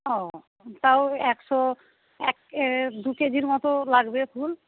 ওহ তাও একশো এক দু কেজির মতো লাগবে ফুল